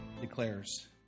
declares